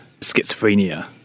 schizophrenia